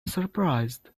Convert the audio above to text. surprised